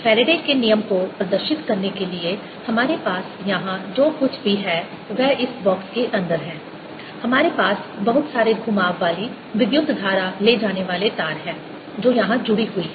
Faraday के नियम Faraday's law को प्रदर्शित करने के लिए हमारे पास यहां जो कुछ भी है वह इस बॉक्स के अंदर है हमारे पास बहुत सारे घुमाव वाली विद्युत धारा ले जाने वाले तार है जो यहां जुडी हुई है